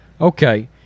Okay